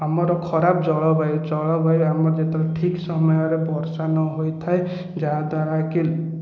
ଆମର ଖରାପ ଜଳବାୟୁ ଜଳବାୟୁ ଆମର ଯେତବେଳେ ଠିକ ସମୟ ରେ ବର୍ଷା ନ ହୋଇନଥାଏ ଯାହାଦ୍ବାରା କି